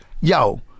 yo